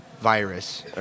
virus